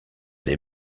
des